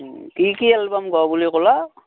কি কি এলবাম গোৱা বুলি ক'লা